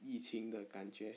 疫情的感觉